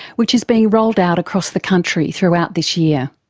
which is being rolled out across the country throughout this year.